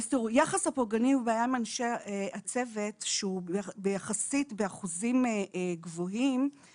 יחס הפוגעני ובהם אנשי הצוות שהוא יחסית באחוזים גבוהים,